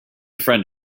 friend